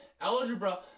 Algebra